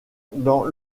dans